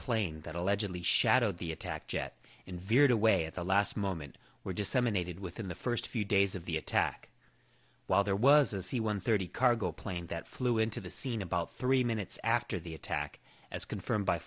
plane that allegedly shadowed the attack jet and veered away at the last moment were disseminated within the first few days of the attack while there was a c one thirty cargo plane that flew into the scene about three minutes after the attack as confirmed by